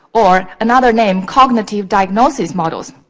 or, another name, cognitive diagnosis models.